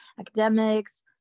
academics